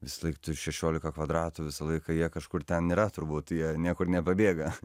visąlaik tų šešiolika kvadratų visą laiką jie kažkur ten yra turbūt jie niekur nepabėga